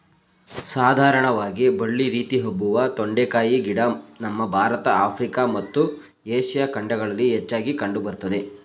ಸಾಧಾರಣವಾಗಿ ಬಳ್ಳಿ ರೀತಿ ಹಬ್ಬುವ ತೊಂಡೆಕಾಯಿ ಗಿಡ ನಮ್ಮ ಭಾರತ ಆಫ್ರಿಕಾ ಮತ್ತು ಏಷ್ಯಾ ಖಂಡಗಳಲ್ಲಿ ಹೆಚ್ಚಾಗಿ ಕಂಡು ಬರ್ತದೆ